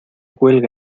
cuelga